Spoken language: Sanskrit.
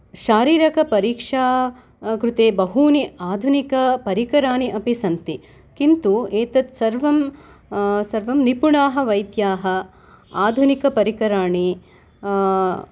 शारीरकपरीक्षा कृते बहूनि अधुनिकपरिकराणि अपि सन्ति किन्तु एतत्सर्वं सर्वं निपुणाः वैद्याः आधुनिकपरिकराणि